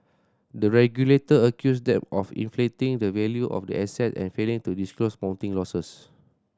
the regulator accused them of inflating the value of the asset and failing to disclose mounting losses